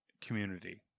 community